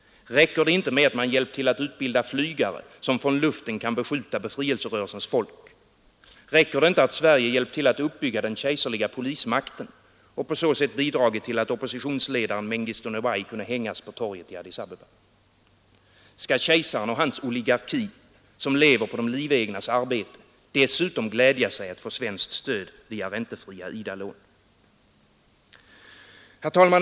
Räcker det inte med att man hjälpt till att utbilda flygare, som från luften kan beskjuta befrielserörelsens folk? Räcker det inte att Sverige hjälpt till att uppbygga den kejserliga polismakten och på så sätt bidragit till att oppositionsledaren Menghistu Neway kunde hängas på torget i Addis Abeba? Skall kejsaren och hans oligarki, som lever på de livegnas arbete dessutom glädja sig åt att få svenskt stöd via räntefria IDA-lån? Herr talman!